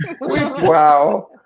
Wow